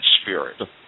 spirit